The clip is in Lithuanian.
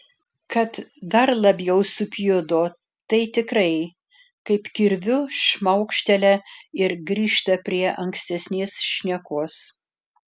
kad dar labiau supjudo tai tikrai kaip kirviu šmaukštelia ir grįžta prie ankstesnės šnekos